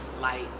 light